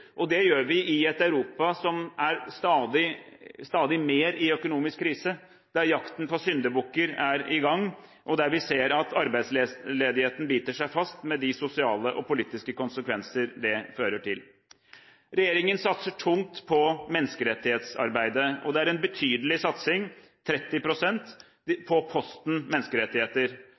Det gjør vi i et Europa som er stadig mer i økonomisk krise, der jakten på syndebukker er i gang, og der vi ser at arbeidsledigheten biter seg fast, med de sosiale og politiske konsekvenser det får. Regjeringen satser tungt på menneskerettighetsarbeidet, og det er en betydelig satsing: 30 pst. på posten menneskerettigheter.